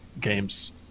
games